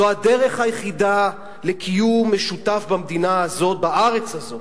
זו הדרך היחידה לקיום משותף במדינה הזו, בארץ הזו,